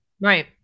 Right